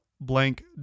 blank